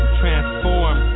transform